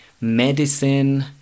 medicine